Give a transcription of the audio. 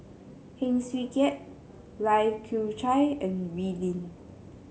Heng Swee Keat Lai Kew Chai and Wee Lin